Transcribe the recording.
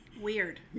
Weird